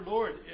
Lord